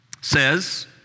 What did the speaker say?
says